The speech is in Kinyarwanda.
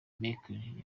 merkel